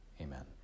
amen